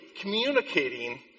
communicating